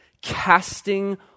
casting